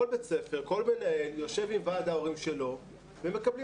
כל מנהל בית ספר יושב עם ועד ההורים שלו והם מקבלים